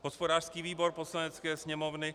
Hospodářský výbor Poslanecké sněmovny